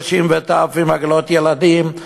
נשים וטף עם עגלות ילדים,